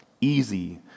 easy